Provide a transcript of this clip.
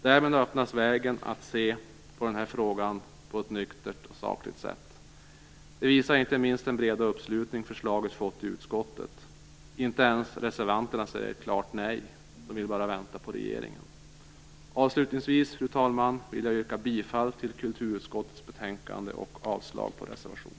Därmed öppnas vägen för att se på denna fråga på ett nyktert och sakligt sätt. Det visar inte minst den breda uppslutning förslaget fått i utskottet. Inte ens reservanterna säger klart nej. De vill bara vänta på regeringen. Avslutningsvis, fru talman, vill jag yrka bifall till kulturutskottets betänkande och avslag på reservationen.